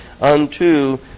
unto